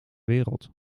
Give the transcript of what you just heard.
wereld